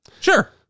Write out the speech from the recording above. Sure